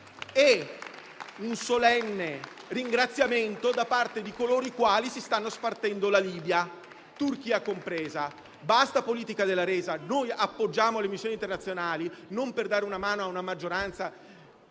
Un solenne ringraziamento è giunto da parte di coloro i quali si stanno spartendo la Libia, Turchia compresa. Basta con la politica della resa; noi appoggiamo le missioni internazionali non per dare una mano a una maggioranza